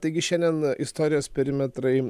taigi šiandien istorijos perimetrai